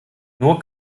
nur